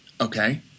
Okay